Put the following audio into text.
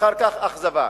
ואחר כך אכזבה.